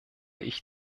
ich